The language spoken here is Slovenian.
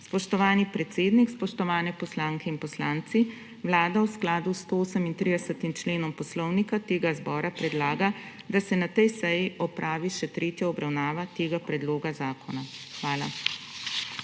Spoštovani predsednik, spoštovane poslanke in poslanci, Vlada v skladu s 138. členom Poslovnika tega zbora predlaga, da se na tej seji opravi še tretja obravnava tega predloga zakona. Hvala.